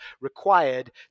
required